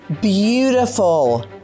beautiful